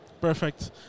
Perfect